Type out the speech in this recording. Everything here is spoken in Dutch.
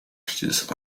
crisis